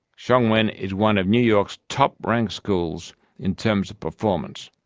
shuang wen is one of new york's top-ranked schools in terms of performance.